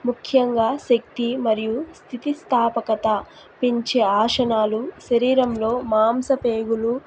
ముఖ్యంగా శక్తి మరియు స్థితి స్థాపకత పెంచే ఆసనాలు శరీరంలో మాంస ప్రేగులు